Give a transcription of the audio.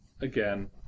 again